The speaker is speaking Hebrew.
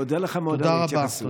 אני מודה לך מאוד על ההתייחסות.